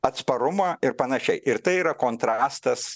atsparumą ir panašiai ir tai yra kontrastas